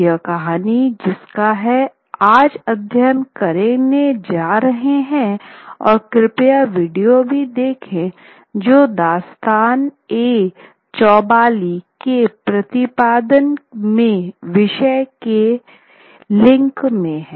यह कहानी जिसका हैं आज अध्ययन करने जा रहे हैं और कृपया वीडियो भी देखें जो दास्तान आई चौबोली के प्रतिपादन में विशेष के लिंक में है